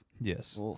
Yes